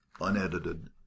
unedited